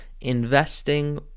investing